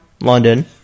London